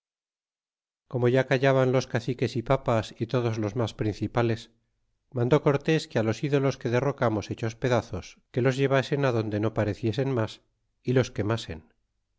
como ya callaban los caciques y papas y todos los mas principales mandó cortes que á los ídolos que derrocamos hechos pedazos que los llevasen adonde no pareciesen mas y los quemasen